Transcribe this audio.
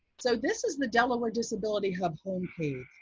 so this is the delaware disability hub home page.